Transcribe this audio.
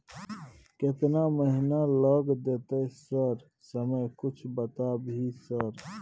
केतना महीना लग देतै सर समय कुछ बता भी सर?